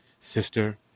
sister